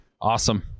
Awesome